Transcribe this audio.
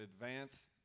advance